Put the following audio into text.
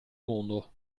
mondo